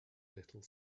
little